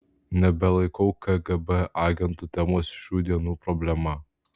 nebelaikau kgb agentų temos šių dienų problema